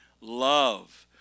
love